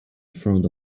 front